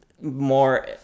more